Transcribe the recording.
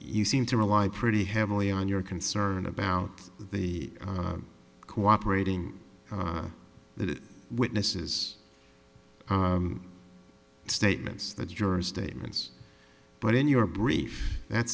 you seem to rely pretty heavily on your concern about the cooperating witnesses statements the jurors statements but in your brief that